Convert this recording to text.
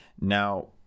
Now